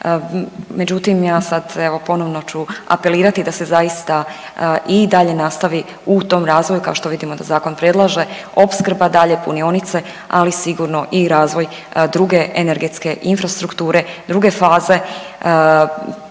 Međutim, ja sad evo ponovno ću apelirati da se zaista i dalje nastavi u tom razvoju kao što vidimo da zakon predlaže opskrba dalje punionice ali sigurno i razvoj druge energetske infrastrukture, druge faze